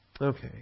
Okay